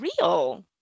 real